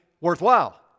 worthwhile